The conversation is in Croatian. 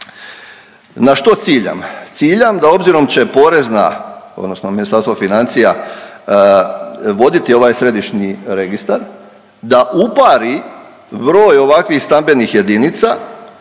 Na što ciljam? Ciljam da obzirom će porezna odnosno Ministarstvo financija voditi ovaj središnji registar da upari broj ovakvih stambenih jedinica,